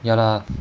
ya lah